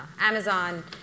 amazon